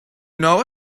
know